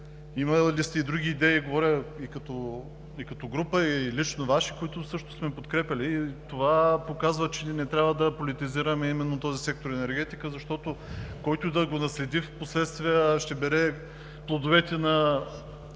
Имали сте и други идеи – говоря и като група, и лично Ваши, които също сме подкрепяли. Това показва, че не трябва да политизираме именно този сектор „Енергетика“, защото който и да го наследи, в последствие ще бере плодовете на